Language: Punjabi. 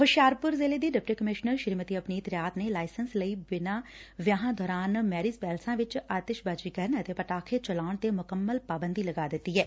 ਹੁਸ਼ਿਆਰਪੁਰ ਦੀ ਡਿਪਟੀ ਕਮਿਸ਼ਨਰ ਸ੍ਰੀਮਤੀ ਅਪਨੀਤ ਰਿਆਤ ਨੇ ਲਾਇਸੈਂਸ ਲਈ ਬਿਨਾਂ ਵਿਆਹਾਂ ਦੌਰਾਨ ਮੈਰਿਜ ਪੈਲੇਸਾਂ ਵਿਚ ਆਤਿਸ਼ਬਾਜੀ ਕਰਨ ਅਤੇ ਪਟਾਖੇ ਚਲਾਉਣ ਤੇ ਮੁਕੰਮਲ ਪਾਬੰਦੀ ਲਗਾ ਦਿੱਤੀ ਐ